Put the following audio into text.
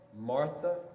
Martha